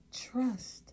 trust